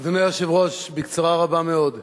אדוני היושב-ראש, בקצרה רבה מאוד.